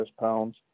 pounds